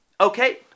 Okay